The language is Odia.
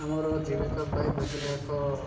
ଆମର ଜୀବିକା ପାଇଁ ବିଜୁଳି ଏକ